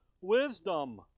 wisdom